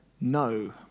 no